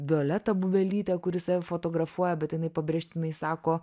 violetą bubelytę kuri save fotografuoja bet jinai pabrėžtinai sako